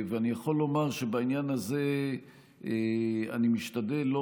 אני יכול לומר שבעניין הזה אני משתדל להיות